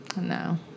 no